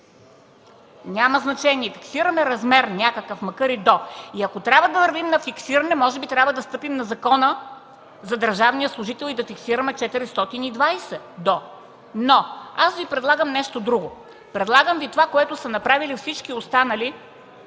Няма значение, цитираме някакъв размер, макар и „до”. Ако трябва да вървим на фиксиране, може би трябва да стъпим на Закона за държавния служител и да фиксираме до 420 лв. Обаче аз Ви предлагам нещо друго. Предлагам Ви това, което са направили всички останали